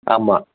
ஆமாம்